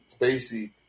Spacey